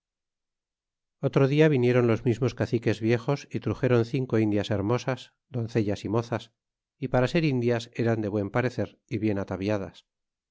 otro dia viniéron los mismos caciques viejos y truxéron cinco indias hermosas doncellas y mozas y para ser indias eran de buen parecer y bien ataviadas